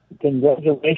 congratulations